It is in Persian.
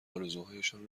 آرزوهایشان